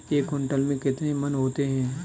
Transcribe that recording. एक क्विंटल में कितने मन होते हैं?